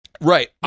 Right